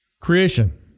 Creation